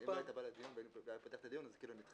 אם אתה פותח את הדיון אז זה כאילו נדחה.